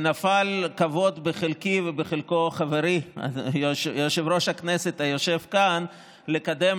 נפל הכבוד בחלקי ובחלקו של חברי יושב-ראש הכנסת היושב כאן לקדם